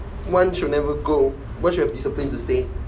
once you never go once you've discipline to stay